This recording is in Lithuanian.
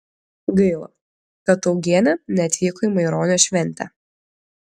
gaila kad augienė neatvyko į maironio šventę